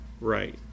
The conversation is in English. right